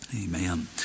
Amen